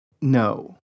No